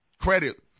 credit